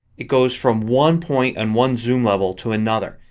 it goes from one point and one zoom level to another.